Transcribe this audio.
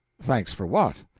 thanks for what?